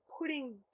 putting